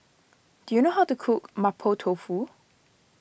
do you know how to cook Mapo Tofu